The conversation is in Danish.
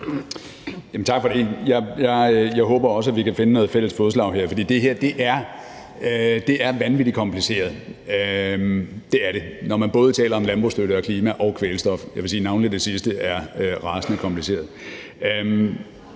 Tak for det. Jeg håber også, at vi kan finde noget fælles fodslag. Det her er vanvittigt kompliceret. Det er det, både når man taler om landbrugsstøtte, klima og kvælstof, og jeg vil sige, at navnlig det sidste er rasende kompliceret.